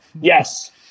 Yes